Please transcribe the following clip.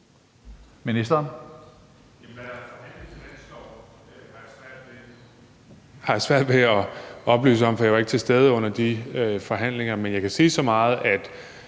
Bek): Hvad der er forhandlet i finansloven, har jeg svært ved at oplyse om, for jeg var ikke til stede under de forhandlinger. Men jeg kan sige så meget, at